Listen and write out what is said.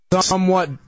somewhat